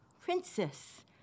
princess